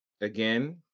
again